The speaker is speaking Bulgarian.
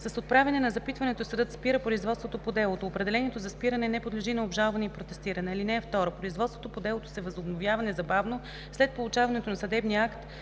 С отправяне на запитването съдът спира производството по делото. Определението за спиране не подлежи на обжалване и протестиране. (2) Производството по делото се възобновя незабавно след получаването на съдебния акт